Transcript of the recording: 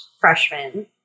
freshman